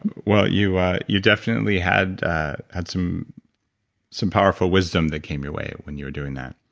well, you ah you definitely had had some some powerful wisdom that came your way when you were doing that.